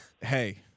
Hey